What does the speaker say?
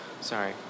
Sorry